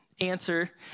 Answer